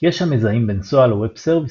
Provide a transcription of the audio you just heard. יש המזהים בין SOA ל-Web Services.